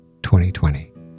2020